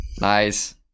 Nice